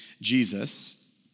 Jesus